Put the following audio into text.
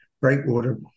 Breakwater